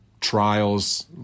trials